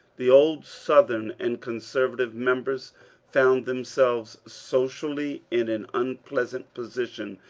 the old southern and conservatiye members found themselves socially in an unpleasant position,